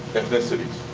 ethnicities.